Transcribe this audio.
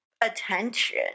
attention